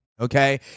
Okay